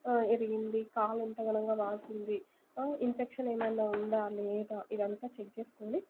విరిగింది కాళ్ళు ఎంత ఘనంగా వాసింది ఇన్ఫెక్షన్ ఏమన్నా ఉందా లేదా ఇదంతా చెక్ చేసుకోని